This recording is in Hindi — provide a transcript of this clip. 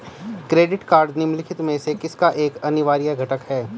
क्रेडिट कार्ड निम्नलिखित में से किसका एक अनिवार्य घटक है?